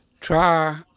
try